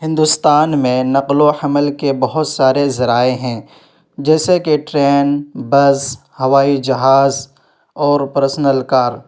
ہندوستان میں نقل و حمل کے بہت سارے ذرائع ہیں جیسے کہ ٹرین بس ہوائی جہاز اور پرنسل کار